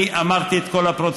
אני אמרתי את כל הפרוצדורה.